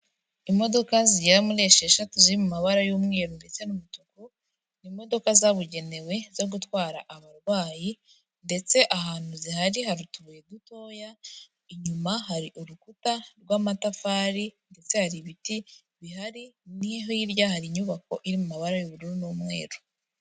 Imodoka zigera muri esheshatu ziri mu mabara y'umweru ndetse n'umutuka, ni imodoka zabugenewe zo gutwara abarwayi ndetse ahantu zihari hari utubuye dutoya, inyuma hari urukuta rw'amatafari ndetse hari ibiti bihari, no hirya hari inyubako iri mu mabara y'ubururu n'umweru.